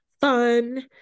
fun